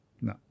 No